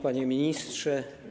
Panie Ministrze!